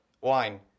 wine